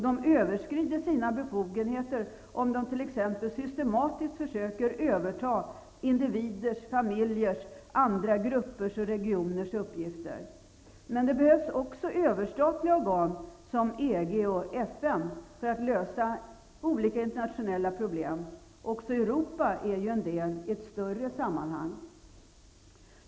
De överskrider sina befogenheter om de t.ex. systematiskt försöker överta individers, familjers och andra gruppers och regioners uppgifter. Men det behövs också överstatliga organ, såsom EG och FN, för att lösa olika internationella problem. Även Europa är en del i ett större sammanhang.